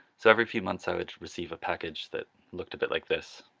so every few months i would receive a package that looked a bit like this,